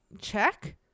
check